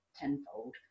tenfold